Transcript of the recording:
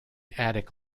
attic